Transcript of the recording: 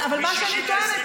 דרך אגב, מ-60% ל-25%.